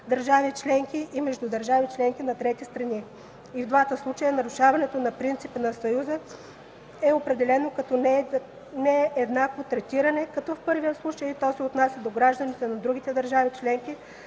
държавите членки и между държавите членки и трети страни”. И в двата случая нарушаването на принципи на Съюза е определено като нееднакво третиране, като в първия случай то се отнася до гражданите на другите държави членки